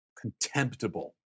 contemptible